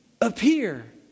Appear